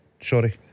Sorry